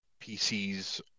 PCs